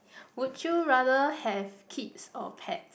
would you rather have kids or pet